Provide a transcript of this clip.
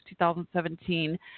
2017